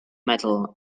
metal